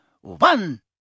One